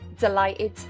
Delighted